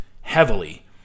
heavily